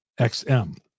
XM